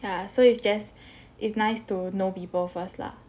ya so it's just it's nice to know people first lah